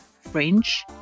French